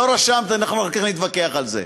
לא רשמת, אנחנו אחר כך נתווכח על זה,